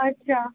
अच्छा